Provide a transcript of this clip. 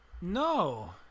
No